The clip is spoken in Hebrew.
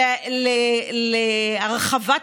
בלי לריב על